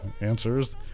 answers